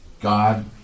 God